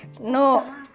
no